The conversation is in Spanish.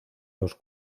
los